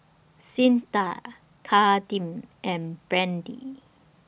Cyntha Kadeem and Brady